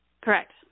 Correct